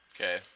Okay